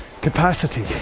capacity